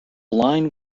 line